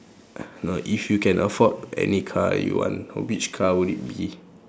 no if you can afford any car you want which car would it be